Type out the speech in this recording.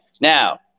Now